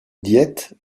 diète